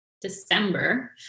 december